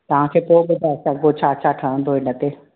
तव्हांखे पोइ ॿुधाए सघिबो छा छा ठहंदो हिन ते